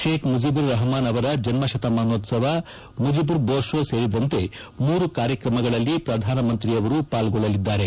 Sheikh Mujibur Rahman ಅವರ ಜನ್ನ ಶತಮಾನೋತ್ಪವ ಮುಜೀಬ್ ಬೋರ್ಡೋ ಸೇರಿದಂತೆ ಮೂರು ಕಾರ್ಯಕ್ರಮಗಳಲ್ಲಿ ಪ್ರಧಾನಿ ಪಾಲ್ಗೊಳ್ಳಲಿದ್ದಾರೆ